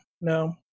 no